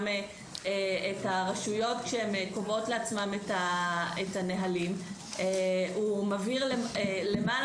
את הרשויות כשהן קובעות לעצמן את הנהלים הוא מבהיר למעלה